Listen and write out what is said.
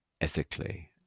ethically